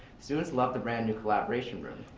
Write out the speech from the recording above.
students love the brand new collaboration room.